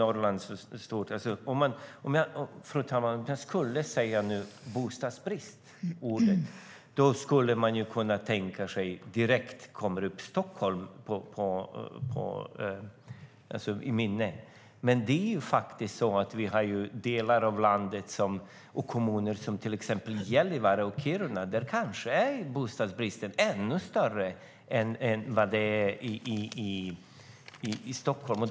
Om jag nu skulle säga ordet "bostadsbrist" skulle man direkt kunna tänka på Stockholm, men i kommuner som till exempel Gällivare och Kiruna är bostadsbristen kanske ännu större än i Stockholm.